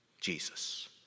Jesus